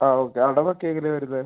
ആ ഓക്കെ അടവൊക്കെ എങ്ങനെയാണ് വരുന്നത്